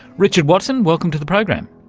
richard watson, welcome to the program.